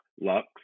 Lux